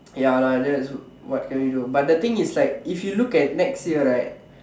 ya lah that's what can we do but the thing is like if you look at next year right